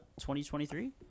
2023